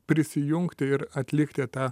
prisijungti ir atlikti tą